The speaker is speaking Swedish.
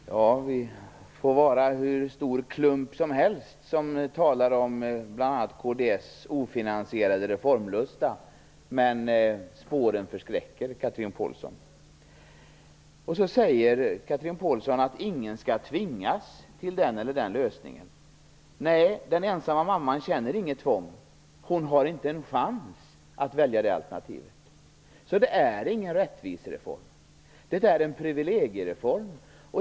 Fru talman! Vi får vara hur stor klump som helst som talar om bl.a. kds ofinansierade reformlusta. Men spåren förskräcker, Chatrine Pålsson. Sedan säger Chatrine Pålsson att ingen skall tvingas till den eller den lösningen. Nej, den ensamma mamman känner inget tvång. Hon har inte en chans att välja det alternativet. Så vårdnadsbidraget är ingen rättvisereform. Det är en privilegiereform.